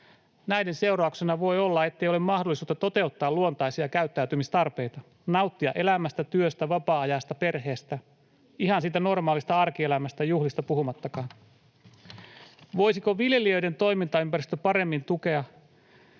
Näiden seurauksena voi olla, ettei ole mahdollisuutta toteuttaa luontaisia käyttäytymistarpeita, nauttia elämästä, työstä, vapaa-ajasta, perheestä — ihan siitä normaalista arkielämästä, juhlista puhumattakaan. Voisiko viljelijöiden toimintaympäristö paremmin tukea